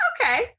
Okay